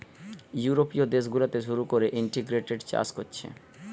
ইউরোপীয় দেশ গুলাতে শুরু কোরে ইন্টিগ্রেটেড চাষ কোরছে